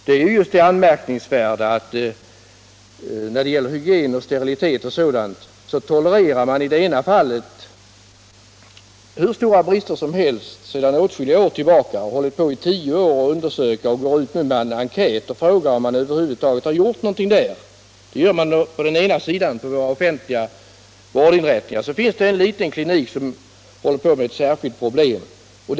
Det anmärkningsvärda är just att när det gäller hygien, sterilitet och sådant tolererar man i det ena fallet hur stora brister som helst sedan åtskilliga år tillbaka. Man har i tio år hållit på att göra undersökningar, och nu går man ut med en enkät och frågar sjukhusen hur mycket de har gjort därvidlag. Detta gör man när det gäller våra offentliga vårdinrättningar. Sedan finns det en liten klinik som arbetar med en särskild metod.